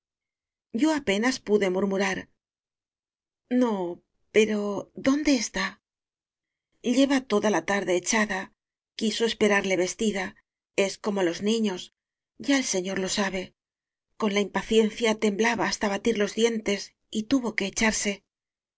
yo apenas pude murmurar no pero dónde está lleva toda la tarde echada quiso espe rarle vestida es como los niños ya el señor lo sabe con la impaciencia temblaba hasta batir los dientes y tuvo que echarse